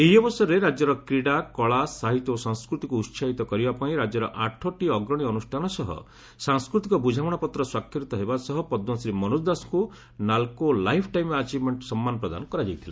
ଏହି ଅବସରରେ ରାକ୍ୟର କ୍ରୀଡ଼ା କଳା ସାହିତ୍ୟ ଓ ସଂସ୍କୃତିକୁ ଉହାହିତ କରିବା ପାଇଁ ରାକ୍ୟର ଆଠଟି ଅଗ୍ରଣି ଅନୁଷ୍ଠାନ ସହ ସାଂସ୍କୃତିକ ବୁଝାମଶାପତ୍ର ସ୍ୱାକ୍ଷରିତ ହେବା ସହ ପଦ୍କଶ୍ରୀ ମନୋଜ ଦାସଙ୍କୁ ନାଲକୋ ଲାଇଫ୍ ଟାଇମ୍ ଆଚିଭ୍ମେଣ୍କ ସମ୍ମାନ ପ୍ରଦାନ କରରାଯାଇଥିଲା